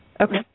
Okay